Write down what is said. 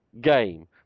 game